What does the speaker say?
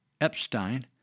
Epstein